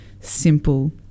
simple